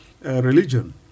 religion